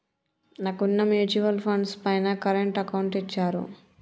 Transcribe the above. నాకున్న mutual funds పైన current account ఇచ్చారు